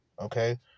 Okay